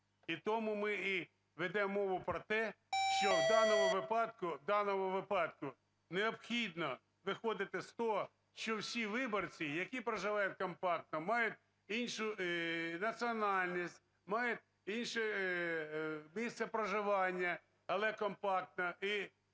І тому ми і ведемо мову про те, що в даному випадку, в даному випадку необхідно виходити з того, що всі виборці, які проживають компактно, мають іншу національність, мають інше місце проживання, але компактно,